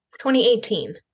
2018